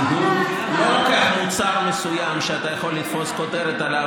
כי הוא לא לוקח מוצר מסוים שאתה יכול לתפוס כותרת עליו